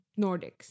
Nordics